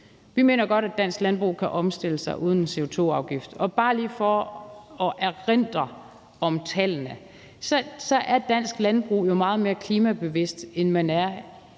Vi mener godt, at danske landbrug kan omstille sig uden en CO2-afgift. Bare lige for at erindre om tallene er man i dansk landbrug jo meget mere klimabevidst, end man er